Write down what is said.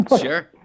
Sure